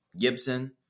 Gibson